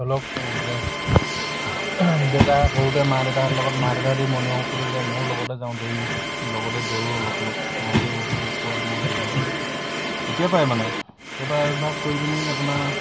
ধৰি লওক দেউতা সৰুতে মা দেউতাহঁতৰ লগত মা দেউতাহঁতি মৰ্ণিং ৱাক কৰিবলৈ যায় মইও লগতে যাওঁ দৌৰি লগতে দৌৰোঁ অলপ অলপ মাহঁতে ৱাক কৰে মই দৌৰোঁ তেতিয়া পাই মানে তেতিয়া পা অভ্যাস কৰি মেলি আপোনাৰ